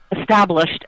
established